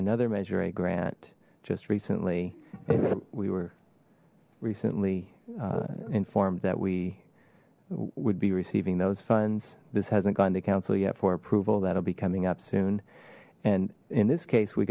another measure a grant just recently we were recently informed that we would be receiving those funds this hasn't gone to council yet for approval that'll be coming up soon and in this case we